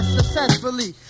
successfully